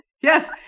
Yes